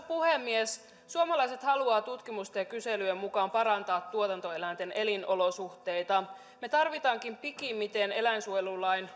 puhemies suomalaiset haluavat tutkimusten ja kyselyjen mukaan parantaa tuotantoeläinten elinolosuhteita me tarvitsemmekin pikimmiten eläinsuojelulain